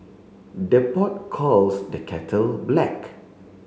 the pot calls the kettle black